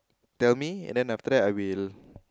tell me and then after I will